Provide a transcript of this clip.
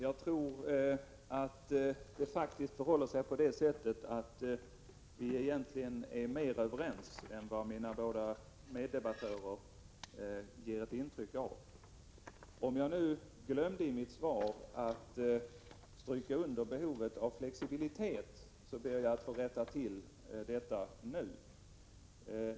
Herr talman! Jag tror faktiskt att vi egentligen är mer överens än vad mina båda meddebattörer ger intryck av. Men om jag i mitt svar glömde att stryka under behovet av flexibilitet, ber jag att få rätta till detta nu.